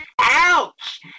Ouch